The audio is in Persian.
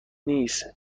نیست